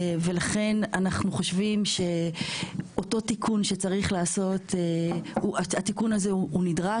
ולכן אנחנו חושבים שאותו תיקון שצריך לעשות הוא נדרש.